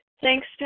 Thanks